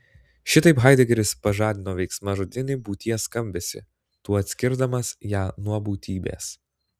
šitaip haidegeris pažadino veiksmažodinį būties skambesį tuo atskirdamas ją nuo būtybės